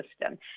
system